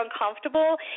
uncomfortable